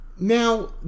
now